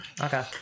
Okay